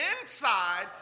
inside